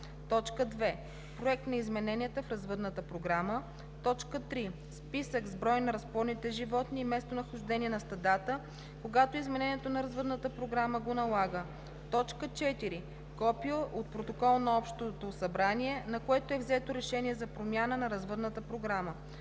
2. проект на измененията в развъдната програма; 3. списък с брой на разплодните животни и местонахождение на стадата, когато изменението на развъдната програма го налага; 4. копие от протокол на Общото събрание, на което е взето решение за промяна на развъдната програма;